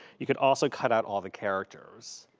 you could also cut out all the characters.